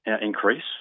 increase